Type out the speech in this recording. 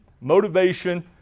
motivation